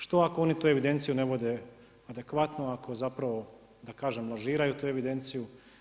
Što ako oni tu evidenciju ne vode adekvatno, ako zapravo, da kažem, lažiraju tu evidenciju.